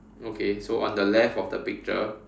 okay so on the left of the picture